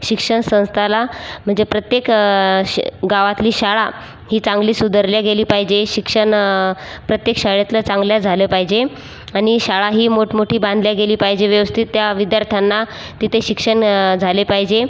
शिक्षण संस्थाला म्हणजे प्रत्येक शि गावातली शाळा ही चांगली सुधारली गेली पाहिजे शिक्षण प्रत्येक शाळेतलं चांगलं झालं पाहिजे आणि शाळा ही मोठमोठी बांधली गेली पाहिजे व्यवस्थित त्या विद्यार्थ्यांना तिथे शिक्षण झाले पाहिजे